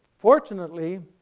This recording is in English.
fortunately